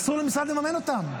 אסור למשרד לממן אותם,